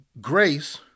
grace